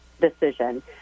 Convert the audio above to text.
decision